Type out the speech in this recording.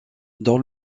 dans